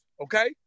okay